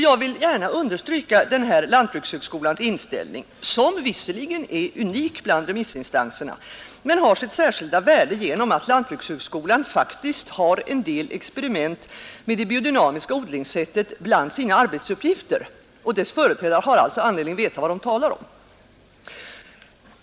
Jag vill gärna understryka denna lantbrukshögskolans inställning, som visserligen är unik bland remissinstanserna men som har sitt särskilda värde genom att lantbrukshögskolan faktiskt har en del experiment med det biodynamiska odlingssättet bland sina arbetsuppgifter, och dess företrädare bör alltså veta vad de talar om.